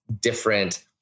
different